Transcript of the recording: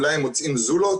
אולי הם מוצאים זולות